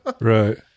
Right